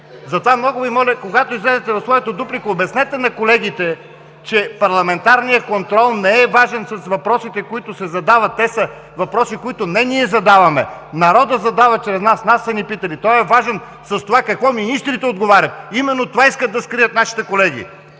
Затова, много Ви моля, когато излезете за своята дуплика, обяснете на колегите, че парламентарният контрол не е важен с въпросите, които се задават. Те са въпроси, които не ние задаваме, народът задава чрез нас, нас са ни питали! Той е важен с това какво министрите отговарят. Именно това искат да скрият нашите колеги!